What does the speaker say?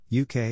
UK